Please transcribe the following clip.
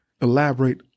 elaborate